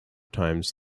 times